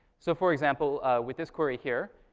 so for example, with this query here,